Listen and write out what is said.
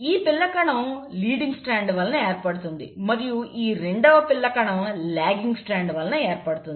ఈ పిల్ల కణం లీడింగ్ స్ట్రాండ్ వలన ఏర్పడుతుంది మరియు ఈ రెండవ పిల్ల కణం లాగింగ్ స్ట్రాండ్ వలన ఏర్పడుతుంది